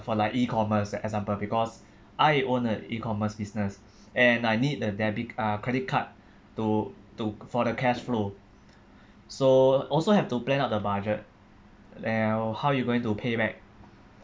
for like E commerce as example because I own a E commerce business and I need a debit c~ uh credit card to to for the cash flow so also have to plan out the budget like uh how you are going to pay back